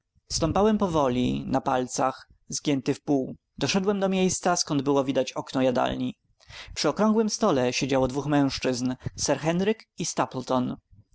stąpałem powoli im palcach zgięty wpół doszedłem do miejsca skąd było widać okno jadalni przy okrągłym stole siedziało dwóch mężczyzn sir henryk i